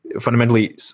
fundamentally